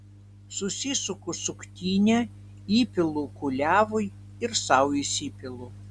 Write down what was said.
susisuku suktinę įpilu kuliavui ir sau įsipilu